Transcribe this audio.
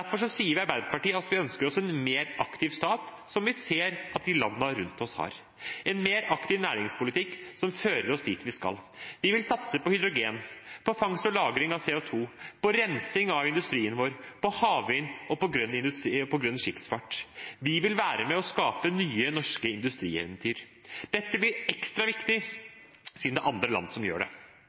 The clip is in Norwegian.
sier Arbeiderpartiet at vi ønsker oss en mer aktiv stat, som vi ser at landene rundt oss har, en mer aktiv næringspolitikk som fører oss dit vi skal. Vi vil satse på hydrogen, på fangst og lagring av CO 2 , på rensing av industrien vår, på havvind og på grønn skipsfart. Vi vil være med og skape nye norske industrieventyr. Dette blir ekstra viktig siden det er andre land som gjør det. Det er dårlig for klimaet, det er dårlig for arbeidsplassene, og det